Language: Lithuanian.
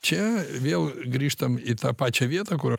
čia vėl grįžtam į tą pačią vietą kur